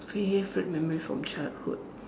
favourite memory from childhood